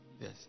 Yes